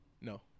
No